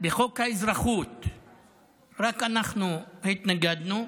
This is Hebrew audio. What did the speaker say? בחוק האזרחות רק אנחנו התנגדנו,